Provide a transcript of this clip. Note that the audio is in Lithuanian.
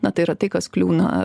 na tai yra tai kas kliūna